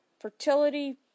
fertility